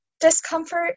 discomfort